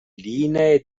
linee